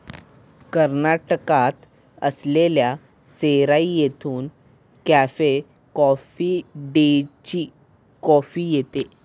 कर्नाटकात असलेल्या सेराई येथून कॅफे कॉफी डेची कॉफी येते